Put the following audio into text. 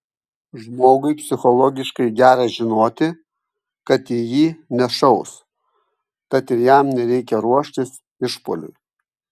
žmogui psichologiškai gera žinoti kad į jį nešaus tad ir jam nereikia ruoštis išpuoliui